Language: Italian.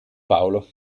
paolo